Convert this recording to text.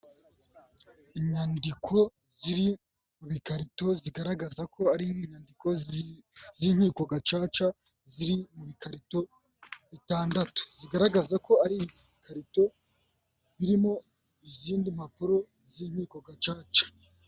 Inyandiko ziri mu bikarito zigaragaza ko ari inyandiko z'inkiko gacaca ziri mu bikarito bitandatu. Zigaragaza ko ari ibikarito birimo izindi mpapuro z'inkiko gacaca.